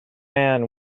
man